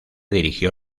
dirigió